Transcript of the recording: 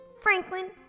Franklin